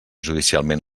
judicialment